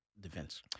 defense